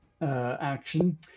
action